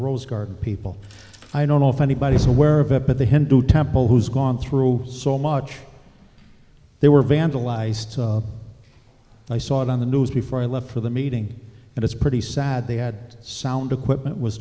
rose garden people i don't know if anybody's aware of it but the hindu temple who's gone through so much they were vandalized i saw it on the news before i left for the meeting and it's pretty sad they had sound equipment was